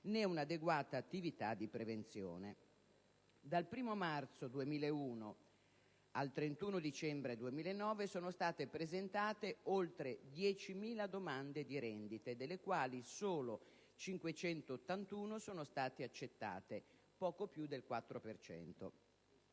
né un'adeguata attività di prevenzione. Dal 1° marzo 2001 al 31 dicembre 2009 sono state presentate oltre 10.000 domande di rendite, delle quali solo 581, sono state accettate: poco più del 4